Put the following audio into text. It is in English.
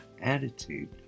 attitude